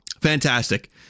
fantastic